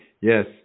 Yes